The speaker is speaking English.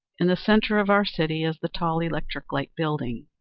in the center of our city is the tall electric light building.